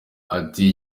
ati